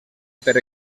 per